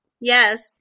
Yes